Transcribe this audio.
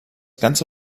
ganze